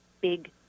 big